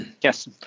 yes